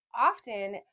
often